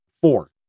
four